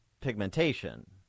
pigmentation